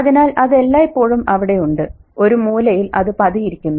അതിനാൽ അത് എല്ലായ്പ്പോഴും അവിടെയുണ്ട് ഒരു മൂലയിൽ അത് പതിയിരിക്കുന്നു